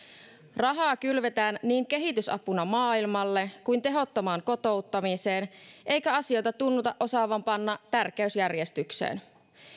rahaa kylvetään niin kehitysapuna maailmalle kuin tehottomaan kotouttamiseen eikä asioita tunnuta osaavan panna tärkeysjärjestykseen